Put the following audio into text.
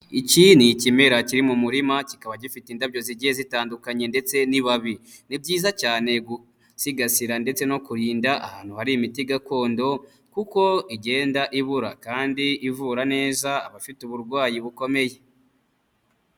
Iki ni ikimera kiri mu murima kikaba gifite indabyo zigiye zitandukanye ndetse n'ibibabi. Ni byiza cyane gusigasira ndetse no kurinda ahantu hari imiti gakondo, kuko igenda ibura kandi ivura neza abafite uburwayi bukomeye.